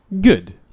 good